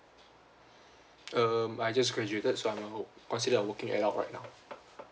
um I just graduated so I am considered a working adult right now